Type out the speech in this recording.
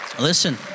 listen